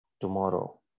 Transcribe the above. tomorrow